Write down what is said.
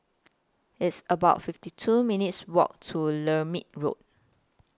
It's about fifty two minutes' Walk to Lermit Road